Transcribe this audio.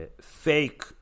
fake